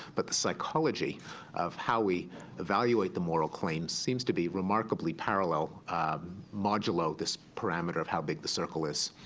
but the psychology of how we evaluate the moral claim seems to be remarkably parallel modulo this parameter of how big the circle is.